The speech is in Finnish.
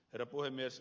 herra puhemies